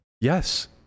yes